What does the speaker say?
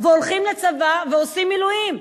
הולכים לצבא ועושים מילואים.